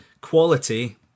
quality